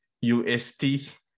UST